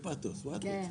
בבקשה.